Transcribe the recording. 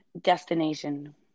destination